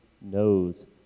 knows